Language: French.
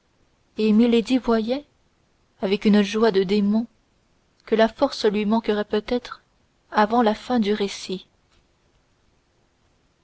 et milady voyait avec une joie de démon que la force lui manquerait peut-être avant la fin du récit